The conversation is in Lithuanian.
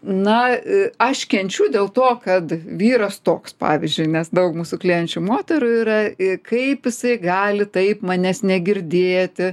na aš kenčiu dėl to kad vyras toks pavyzdžiui nes daug mūsų klienčių moterų yra ir kaip jisai gali taip manęs negirdėti